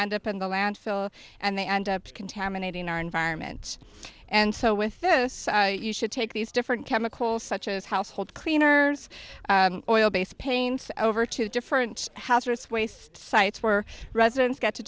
end up in the landfill and they end up contaminating our environment and so with this you should take these different chemicals such as household cleaners oil based paint over to different houses waste sites where residents get to